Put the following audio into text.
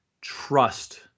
trust